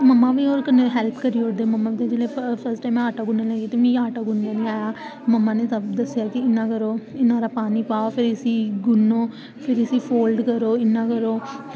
मम्मा बी मेरे कन्नै हेल्प करी ओड़दे फर्स्ट टाईम में जेल्लै आटा गुन्नेआ हा ते मम्मी आक्खदी की मिगी आटा गुन्नी देआं मम्मा नै दस्सेआ कि इंया करो इन्ना पानी पाओ ते फिर इसी गुन्नो फिर इसी फोल्ड करो इंया करो